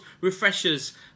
refreshers